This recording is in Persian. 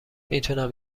میتونم